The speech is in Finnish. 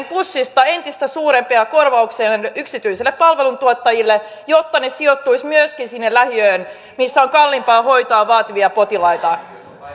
pussista entistä suurempia korvauksia näille yksityisille palveluntuottajille jotta ne sijoittuisivat myöskin sinne lähiöön missä on kalliimpaa hoitaa vaativia potilaita